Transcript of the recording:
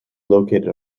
located